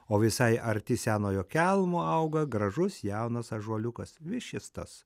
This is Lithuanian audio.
o visai arti senojo kelmo auga gražus jaunas ąžuoliukas vis šis tas